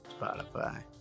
spotify